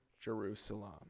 Jerusalem